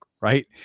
Right